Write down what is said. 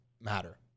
Matter